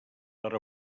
per